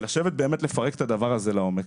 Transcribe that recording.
ולשבת ובאמת לפרק את הדבר הזה לעומק.